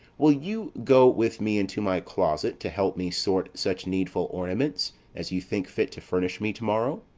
will you go with me into my closet to help me sort such needful ornaments as you think fit to furnish me to-morrow?